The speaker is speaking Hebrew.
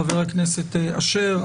חבר הכנסת אשר.